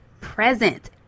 present